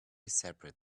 separate